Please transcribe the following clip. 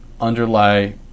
underlie